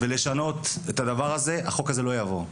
וישנה את הדבר הזה החוק הזה לא יעבור.